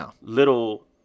little